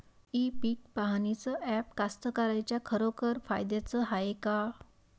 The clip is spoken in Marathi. इ पीक पहानीचं ॲप कास्तकाराइच्या खरोखर फायद्याचं हाये का?